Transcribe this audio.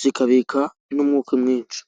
zikabika n'umwuka mwinshi.